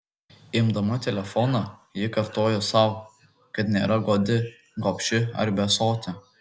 imdama telefoną ji kartojo sau kad nėra godi gobši ar besotė